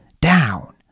Down